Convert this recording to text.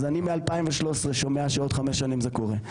אז אני מ-2013 שומע שעוד חמש שנים זה קורה.